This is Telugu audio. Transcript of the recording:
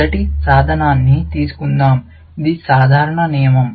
మొదటి సాధనాన్ని తీసుకుందాం ఇది సాధారణ నియమం